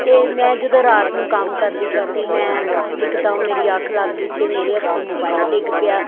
ਅਤੇ ਮੈਂ ਜਦੋਂ ਰਾਤ ਨੂੰ ਕੰਮ ਕਰਦੀ ਕਰਦੀ ਮੈਂ ਇਕਦਮ ਮੇਰੀ ਅੱਖ ਲੱਗ ਗਈ ਅਤੇ ਮੇਰੇ ਹੱਥੋਂ ਮੋਬਾਇਲ ਡਿੱਗ ਪਿਆ